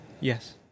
Yes